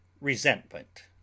resentment